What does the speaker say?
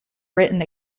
written